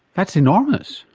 that's enormous!